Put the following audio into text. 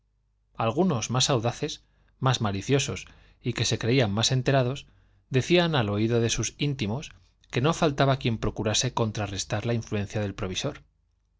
algunos más audaces más maliciosos y que se creían más enterados decían al oído de sus íntimos que no faltaba quien procurase contrarrestar la influencia del provisor